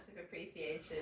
appreciation